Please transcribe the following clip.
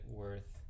worth